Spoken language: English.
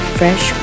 fresh